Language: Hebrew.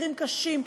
מקרים קשים,